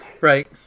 Right